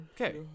Okay